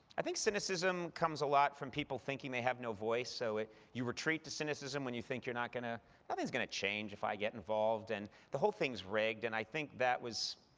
i think cynicism comes a lot from people thinking they have no voice. so you retreat to cynicism when you think you're not going to nothing's going to change if i get involved, and the whole thing's rigged. and i think that was,